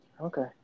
Okay